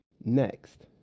Next